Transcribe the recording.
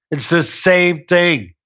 it's the same thing.